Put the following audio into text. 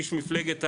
איש מפלגת העבודה,